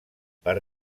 per